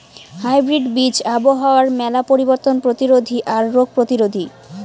hybrid বীজ আবহাওয়ার মেলা পরিবর্তন প্রতিরোধী আর রোগ প্রতিরোধী